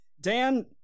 Dan